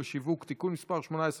פיתוח וחדשנות טכנולוגית בתעשייה (תיקון מס' 8),